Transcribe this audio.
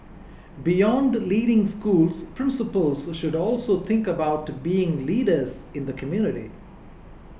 beyond leading schools principals should also think about being leaders in the community